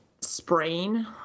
sprain